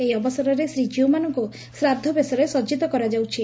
ଏହି ଅବସରରେ ଶ୍ରୀଜୀଉମାନଙ୍କ ଶ୍ରାଦ୍ବବେଶରେ ସଜିତ କରାଯାଉଛି